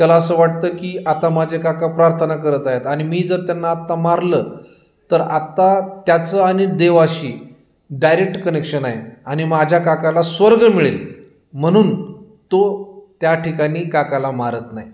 त्याला असं वाटतं की आता माझे काका प्रार्थना करत आहे आणि मी जर त्यांना आता मारलं तर आत्ता त्याचं आणि देवाशी डायरेक्ट कनेक्शन आहे आणि माझ्या काकाला स्वर्ग मिळेल म्हनून तो त्या ठिकाणी काकाला मारत नाही